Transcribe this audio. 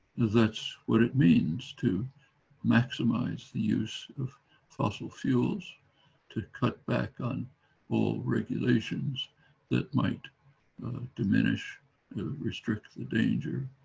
that's what it means to maximize the use of fossil fuels to cut back on all regulations that might diminish restrict the danger.